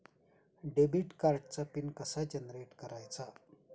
Debit कार्डचा pin कसा generate करायचा?